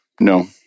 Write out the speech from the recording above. No